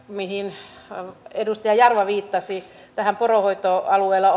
mihin edustaja jarva viittasi poronhoitoalueella